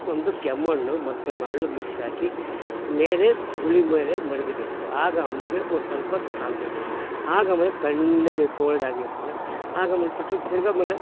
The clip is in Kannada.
ಒಂದು ಕೆಮ್ಮಣ್ಣು ಮತ್ತು ಮರಳು ಮಿಕ್ಸ್ ಹಾಕಿ ಮೇಲೆ ಗುಳಿ ಮೇಲೆ ಮಡ್ಗಬೇಕು ಆಗ ಅಂಬಿಗೆ ಒಂದು ಸ್ವಲ್ಪ ಆಗ ಆಮೇಲೆ ತಣ್ಣಗೆ ಕೋಲ್ಡ್ ಆಗಿರ್ತದೆ ಆಗ ಆಮೇಲೆ ತಿರ್ಗಿ ಆಮೇಲೆ